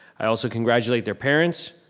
i also congratulate their parents,